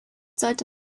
sollte